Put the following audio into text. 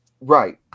right